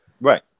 Right